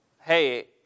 Hey